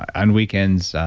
on weekends,